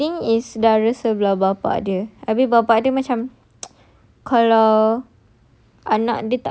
this wedding is dari sebelah bapa dia habis bapa dia macam kalau